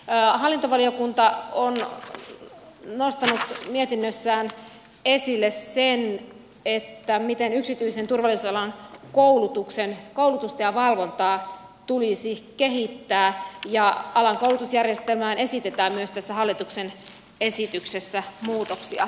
hallintovaliokunta on nostanut mietinnössään esille sen miten yksityisen turvallisuusalan koulutusta ja valvontaa tulisi kehittää ja alan koulutusjärjestelmään esitetään myös tässä esityksessä muutoksia